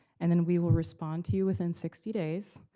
and then we will respond to you within sixty days,